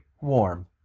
warm